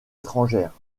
étrangère